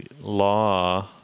law